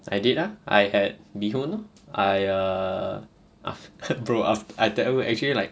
I did ah I had bee hoon lor I err aft~ bro aft~ I tell you actually like